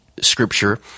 scripture